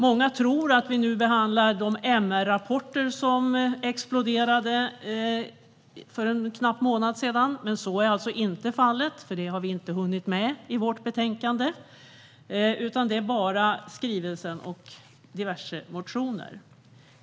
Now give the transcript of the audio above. Många tror att vi nu behandlar de MR-rapporter som kom i en explosiv mängd för en knapp månad sedan, men så är inte fallet eftersom vi inte har hunnit med dem i vårt betänkande. Här finns bara skrivelsen och diverse motioner.